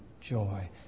joy